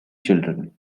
children